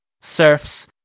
Serfs